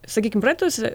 sakykim praeituose